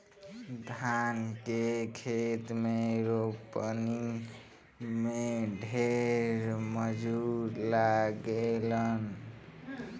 धान के खेत में रोपनी में ढेर मजूर लागेलन